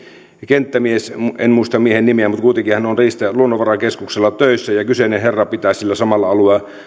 kenttäasiamies en muista miehen nimeä mutta kuitenkin hän on luonnonvarakeskuksella töissä kyseinen herra pitää siellä samalla